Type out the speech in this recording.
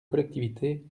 collectivités